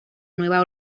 nueva